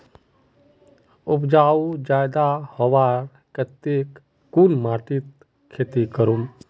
उपजाऊ ज्यादा होबार केते कुन माटित खेती करूम?